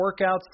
workouts